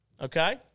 Okay